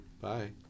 Bye